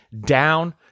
down